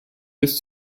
bis